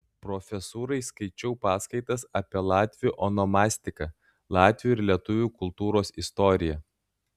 profesūrai skaičiau paskaitas apie latvių onomastiką latvių ir lietuvių kultūros istoriją